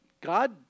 God